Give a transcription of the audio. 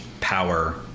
power